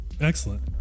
excellent